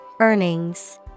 Earnings